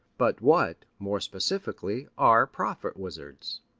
but what, more specifically, are prophet-wizards?